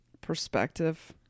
Perspective